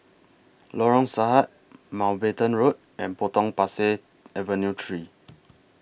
Lorong Sahad Mountbatten Road and Potong Pasir Avenue three